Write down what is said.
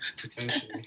Potentially